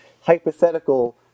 hypothetical